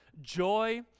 joy